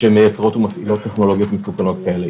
שמייצרות ומפעילות טכנולוגיות מסוכנות כאלה.